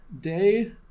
day